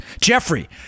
Jeffrey